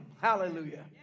Hallelujah